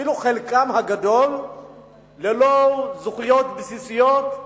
חלקם הגדול ללא זכויות בסיסיות,